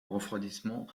refroidissement